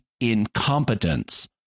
incompetence